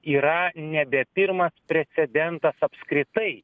yra nebe pirmas precedentas apskritai